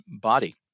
body